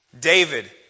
David